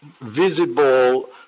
visible